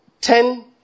ten